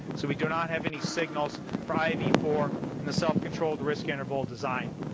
so we do not have any signals for i v four in the self-controlled risk interval design.